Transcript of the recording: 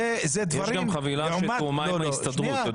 זו חבילה שתואמה עם ההסתדרות.